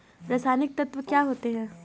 रसायनिक तत्व क्या होते हैं?